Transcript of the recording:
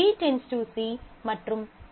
A →B B → C மற்றும் C →D